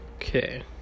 Okay